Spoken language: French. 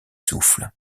souffles